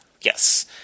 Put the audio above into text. Yes